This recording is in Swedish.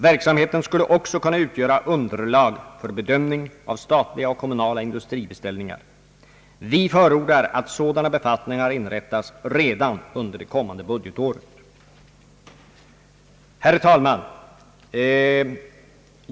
Verksamheten skulle också kunna utgöra underlag för bedömning av statliga och kommunala industribeställningar. Vi förordar att sådana befattningar inrättas redan under det kommande budgetåret. Herr talman!